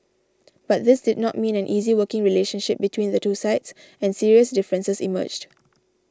but this did not mean an easy working relationship between the two sides and serious differences emerged